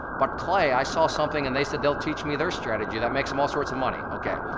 but clay, i saw something and they said they'll teach me their strategy that makes them all sorts of money. okay,